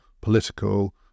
political